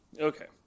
Okay